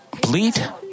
bleed